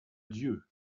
dieu